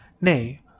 Nay